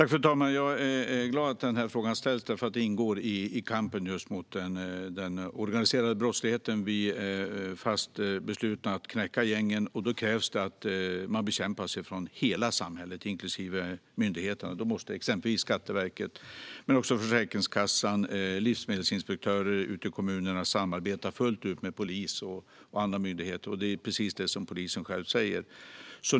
Fru talman! Jag är glad att denna fråga har tagits upp eftersom den ingår i kampen mot den organiserade brottsligheten. Vi är fast beslutna att knäcka gängen, och då krävs att hela samhället, inklusive myndigheterna, ägnar sig åt brottsbekämpande verksamhet. Till exempel Skatteverket, Försäkringskassan och livsmedelsinspektörer i kommunerna måste samarbeta fullt ut med poliser och andra myndigheter. Det är precis vad polisen själv säger.